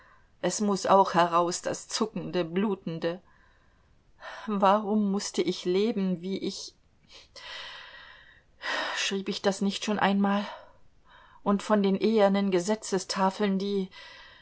es muß auch heraus das zuckende blutende warum mußte ich leben wie ich schrieb ich das nicht schon einmal und von den ehernen gesetzestafeln die